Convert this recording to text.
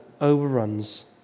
overruns